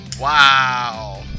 Wow